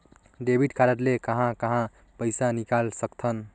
Debit card ले कहां कहां पइसा निकाल सकथन?